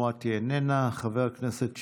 חברת הכנסת מואטי, איננה, חבר הכנסת שיקלי,